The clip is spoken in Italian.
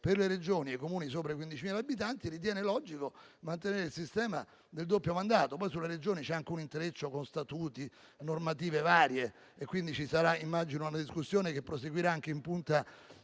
per le Regioni e i Comuni sopra i 15.000 abitanti, si ritiene logico mantenere il sistema del doppio mandato. Sulle Regioni c'è anche un intreccio con statuti e normative varie e quindi immagino che vi sarà una discussione che proseguirà anche in punta